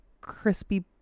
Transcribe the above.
crispy